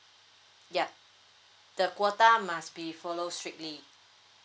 yeah the quota must be follow strictly